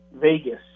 Vegas